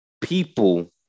people